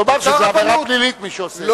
תאמר שזה עבירה פלילית, מי שעושה את זה.